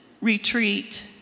retreat